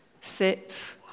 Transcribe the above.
sit